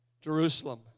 Jerusalem